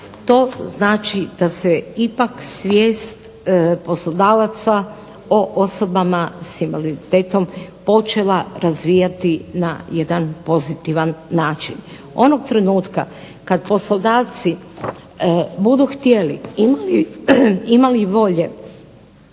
To znači da se ipak svijest poslodavaca o osobama sa invaliditetom počela razvijati na jedan pozitivan način. Onog trenutka kad poslodavci budu htjeli, imali volje